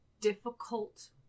difficult